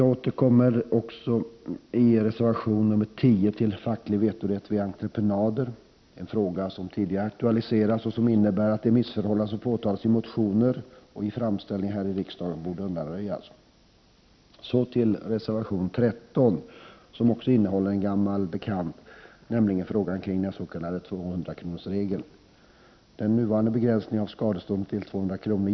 Vi återkommer också i reservation 10 till facklig vetorätt vid entreprenader, en fråga som tidigare aktualiserats och som innebär att de missförhållanden som påtalats i motioner och i framställningar här i riksdagen borde undanröjas. Så till reservation 13, som också innehåller en gammal bekant, nämligen frågan kring den s.k. 200-kronorsregeln. Den nuvarande begränsningen av skadeståndet till 200 kr.